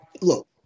look